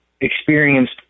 experienced